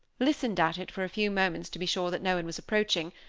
listened at it for a few moments to be sure that no one was approaching,